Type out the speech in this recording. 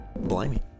Blimey